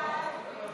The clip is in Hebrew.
התשע"ו 2016, לא